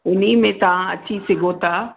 उनमें तव्हां अची सघो था